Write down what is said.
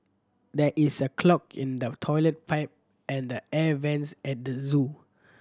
there is a clog in the toilet pipe and the air vents at the zoo